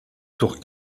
tour